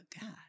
God